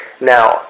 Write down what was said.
Now